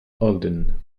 holden